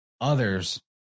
others